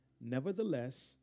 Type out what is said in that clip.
Nevertheless